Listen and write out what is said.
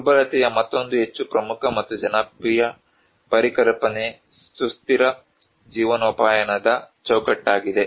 ದುರ್ಬಲತೆಯ ಮತ್ತೊಂದು ಹೆಚ್ಚು ಪ್ರಮುಖ ಮತ್ತು ಜನಪ್ರಿಯ ಪರಿಕಲ್ಪನೆ ಸುಸ್ಥಿರ ಜೀವನೋಪಾಯದ ಚೌಕಟ್ಟಾಗಿದೆ